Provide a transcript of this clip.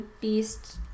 Beast